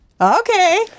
Okay